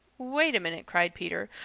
wait a minute, cried peter.